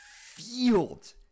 field